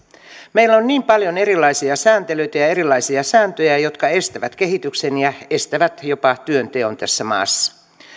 meillä on niin paljon erilaisia sääntelyitä ja ja erilaisia sääntöjä jotka estävät kehityksen ja estävät jopa työnteon tässä maassa